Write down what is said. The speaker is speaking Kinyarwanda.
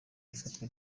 ifatwa